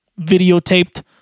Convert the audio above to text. videotaped